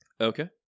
Okay